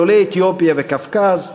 לעולי אתיופיה וקווקז.